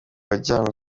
wajyanywe